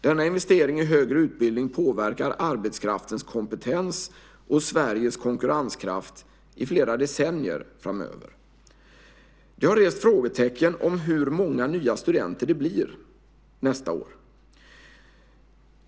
Denna investering i högre utbildning påverkar arbetskraftens kompetens och Sveriges konkurrenskraft i flera decennier framöver. Jag har rest frågetecken om hur många nya studenter det blir nästa år.